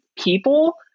people